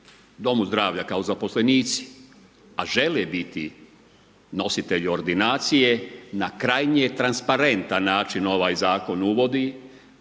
domu zdravlja kao zaposlenici a žele biti nositelji ordinacije na krajnje transparentan način ovaj zakon uvodi